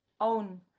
own